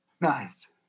Nice